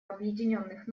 объединенных